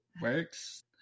works